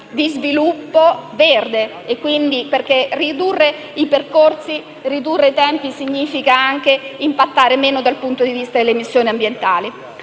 di sviluppo verde, perché ridurre i percorsi e i tempi significa anche impattare meno dal punto di vista delle emissioni ambientali.